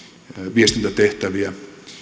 viestintätehtäviä